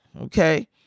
okay